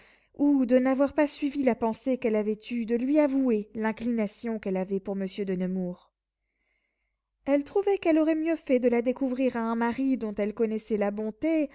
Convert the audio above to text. ou de n'avoir pas suivi la pensée qu'elle avait eue de lui avouer l'inclination qu'elle avait pour monsieur de nemours elle trouvait qu'elle aurait mieux fait de la découvrir à un mari dont elle connaissait la bonté